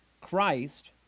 Christ